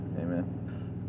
Amen